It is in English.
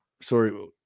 sorry